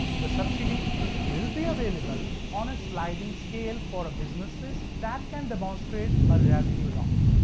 the subsidy will be available on a sliding scale for businesses that can demonstrate a revenue loss.